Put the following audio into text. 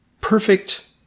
perfect